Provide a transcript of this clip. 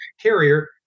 carrier